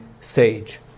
sage